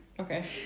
okay